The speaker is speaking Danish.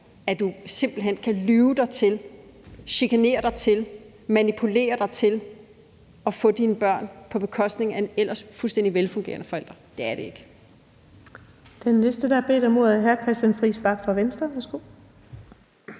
at du simpelt hen kan lyve dig til, chikanere dig til, manipulere dig til at få dine børn på bekostning af en ellers fuldstændig velfungerende forælder. Det er det ikke. Kl. 13:05 Den fg. formand (Birgitte Vind): Den næste,